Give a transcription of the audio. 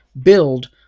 build